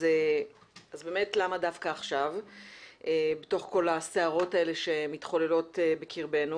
אז באמת למה דווקא עכשיו בתוך כל הסערות האלה שמתחוללות בקרבנו